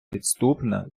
підступна